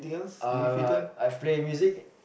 uh I play music